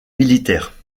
militaire